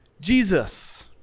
Jesus